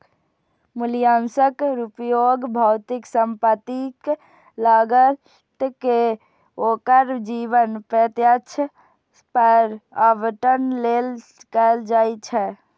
मूल्यह्रासक उपयोग भौतिक संपत्तिक लागत कें ओकर जीवन प्रत्याशा पर आवंटन लेल कैल जाइ छै